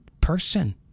person